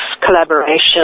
collaboration